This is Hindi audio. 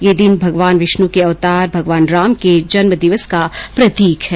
यह दिन भगवान विष्णु के अवतार भगवान राम के जन्म दिवस का प्रतीक है